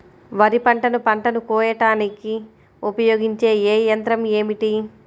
వరిపంటను పంటను కోయడానికి ఉపయోగించే ఏ యంత్రం ఏమిటి?